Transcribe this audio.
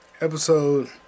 episode